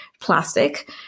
plastic